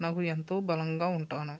నాకు ఎంతో బలంగా ఉంటాను